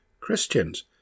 Christians